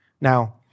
Now